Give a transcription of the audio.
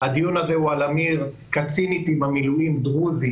הדיון הזה הוא על אמיר הקצין בן העדה הדרוזית